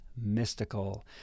mystical